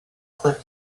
cliff